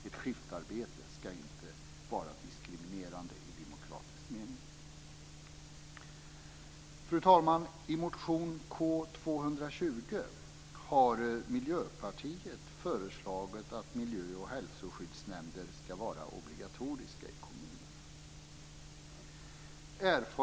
Ett skiftarbete ska inte vara diskriminerande i demokratisk mening. Fru talman! I motion K220 har Miljöpartiet föreslagit att miljö och hälsoskyddsnämnder ska vara obligatoriska i kommunerna.